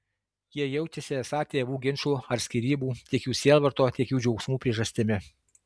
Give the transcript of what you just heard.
jie jaučiasi esą tėvų ginčų ar skyrybų tiek jų sielvarto tiek jų džiaugsmų priežastimi